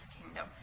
Kingdom